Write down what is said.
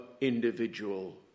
individual